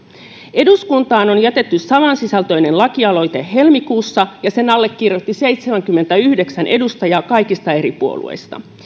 eduskuntaan on jätetty samansisältöinen lakialoite helmikuussa ja sen allekirjoitti seitsemänkymmentäyhdeksän edustajaa kaikista eri puolueista